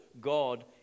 God